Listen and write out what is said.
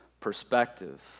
perspective